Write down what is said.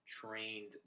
trained